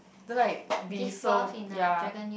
don't like be so ya